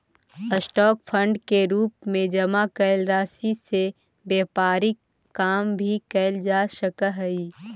stock fund के रूप में जमा कैल राशि से व्यापारिक काम भी कैल जा सकऽ हई